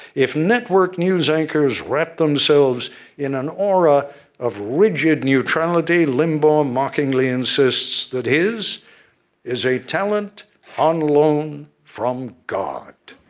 if network news anchors wrapped themselves in an aura of rigid neutrality, limbaugh mockingly insists that his is a talent on loan from god,